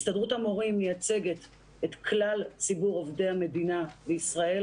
הסתדרות המורים מייצגת את כלל ציבור עובדי המדינה בישראל